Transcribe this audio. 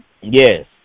Yes